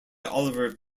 oliver